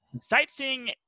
sightseeing